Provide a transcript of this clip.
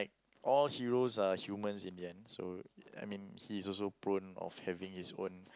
all heroes are humans in the end so I mean he's also prone of having his own